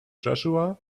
joshua